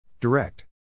Direct